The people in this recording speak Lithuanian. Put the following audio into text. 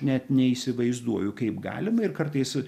net neįsivaizduoju kaip galima ir kartais